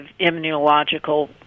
immunological